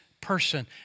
person